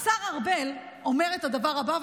השר ארבל אומר את הדבר הבא,